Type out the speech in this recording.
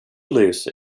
lose